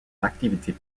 activité